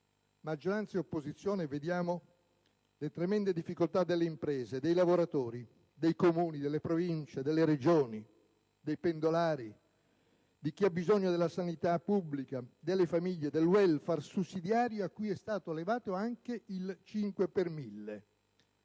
maggioranza ed opposizione - vediamo le tremende difficoltà delle imprese, dei lavoratori, dei Comuni, delle Province e delle Regioni, dei pendolari, di chi ha bisogno della sanità pubblica, delle famiglie, del *welfare* sussidiario a cui è stato levato anche il 5 per mille.